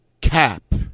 cap